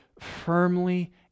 firmly